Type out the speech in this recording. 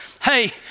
Hey